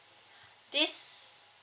this